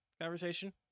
conversation